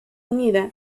unida